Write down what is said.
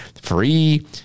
free